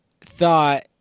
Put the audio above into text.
thought